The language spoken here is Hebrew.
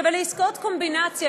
אלה עסקאות קומבינציה,